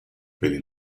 peli